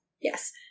Yes